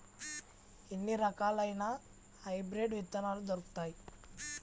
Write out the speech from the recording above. ఎన్ని రకాలయిన హైబ్రిడ్ విత్తనాలు దొరుకుతాయి?